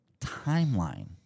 timeline